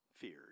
feared